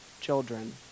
children